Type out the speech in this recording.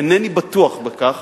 אינני בטוח בכך.